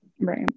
Right